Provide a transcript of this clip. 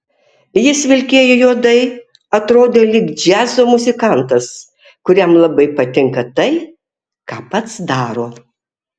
jis vilkėjo juodai atrodė lyg džiazo muzikantas kuriam labai patinka tai ką pats daro